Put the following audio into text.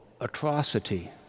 atrocity